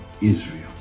Israel